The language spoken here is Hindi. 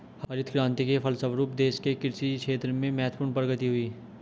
हरित क्रान्ति के फलस्व रूप देश के कृषि क्षेत्र में महत्वपूर्ण प्रगति हुई